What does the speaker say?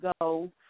go